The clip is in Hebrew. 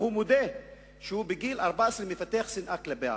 והוא מודה שמגיל 14 הוא מפתח שנאה כלפי הערבים.